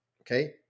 Okay